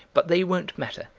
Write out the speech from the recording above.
but they won't matter.